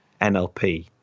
NLP